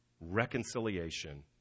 reconciliation